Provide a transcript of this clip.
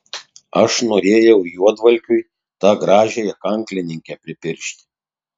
aš norėjau juodvalkiui tą gražiąją kanklininkę pripiršti